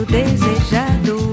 desejado